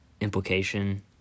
implication